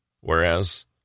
whereas